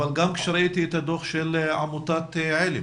אבל גם עת ראיתי את הדוח של עמותת עלם